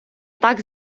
так